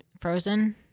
Frozen